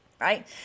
right